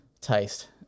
taste